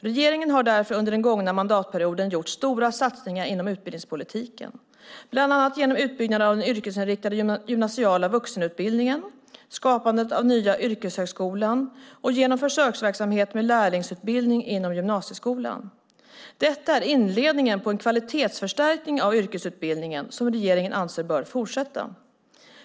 Regeringen har därför under den gångna mandatperioden gjort stora satsningar inom utbildningspolitiken, bland annat genom utbyggnad av den yrkesinriktade gymnasiala vuxenutbildningen och skapandet av den nya yrkeshögskolan och genom försöksverksamhet med lärlingsutbildning inom gymnasieskolan. Detta är inledningen på en kvalitetsförstärkning av yrkesutbildningen som regeringen anser bör fortsätta.